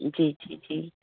जी जी जी